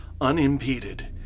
unimpeded